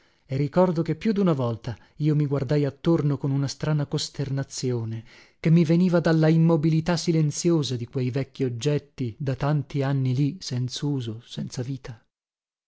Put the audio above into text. e ricordo che più duna volta io mi guardai attorno con una strana costernazione che mi veniva dalla immobilità silenziosa di quei vecchi oggetti da tanti anni lì senzuso senza vita